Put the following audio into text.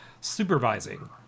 supervising